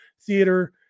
theater